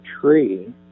tree